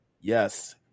Yes